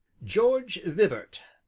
george vibart.